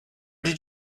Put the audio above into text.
did